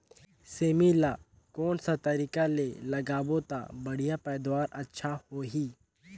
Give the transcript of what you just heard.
सेमी ला कोन सा तरीका ले लगाबो ता बढ़िया पैदावार अच्छा होही?